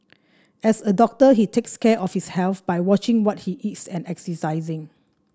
as a doctor he takes care of his health by watching what he eats and exercising